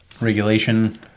regulation